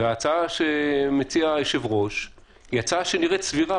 וההצעה שמציע היושב-ראש היא הצעה שנראית סבירה,